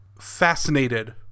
fascinated